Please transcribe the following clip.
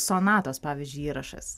sonatos pavyzdžiui įrašas